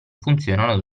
funzionano